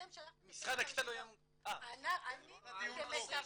אתם שלחתם את ה --- אני כמתווכת,